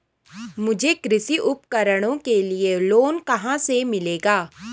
मुझे कृषि उपकरणों के लिए लोन कहाँ से मिलेगा?